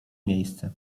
miejsce